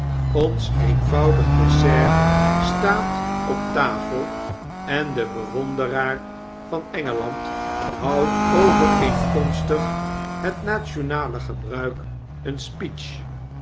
ons eenvoudig dessert staat op tafel en de bewonderaar van e n g eland houdt overeenkorastig het nationalegebruik eea speech